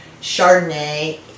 Chardonnay